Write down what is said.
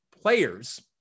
players